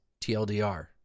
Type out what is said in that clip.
TLDR